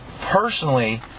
personally